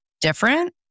different